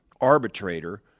arbitrator